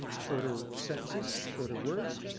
shorter sentences, shorter words.